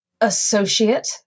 associate